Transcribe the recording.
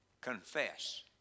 Confess